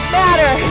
matter